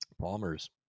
palmer's